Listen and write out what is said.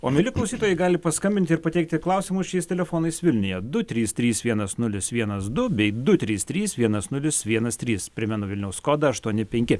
o mieli klausytojai gali paskambinti ir pateikti klausimus šiais telefonais vilniujedu trys trys vienas nulis vienas du bei du trys trys vienas nulis vienas trys primenu vilniaus kodą aštuoni penki